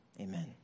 amen